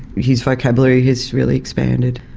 his vocabulary has really expanded,